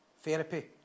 therapy